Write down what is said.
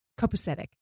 copacetic